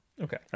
Okay